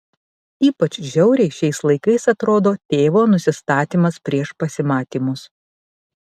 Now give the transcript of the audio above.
ypač žiauriai šiais laikais atrodo tėvo nusistatymas prieš pasimatymus